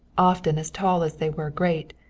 often as tall as they were great,